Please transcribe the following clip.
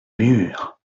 murs